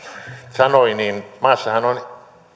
sanoi niin maassahan on